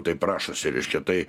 taip rašosi reiškia tai